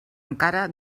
encara